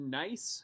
nice